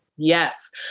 Yes